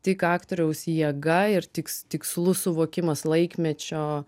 tik aktoriaus jėga ir tiks tikslus suvokimas laikmečio